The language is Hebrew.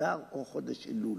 אדר או חודש אלול,